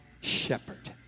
shepherd